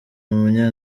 umunya